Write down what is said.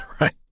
right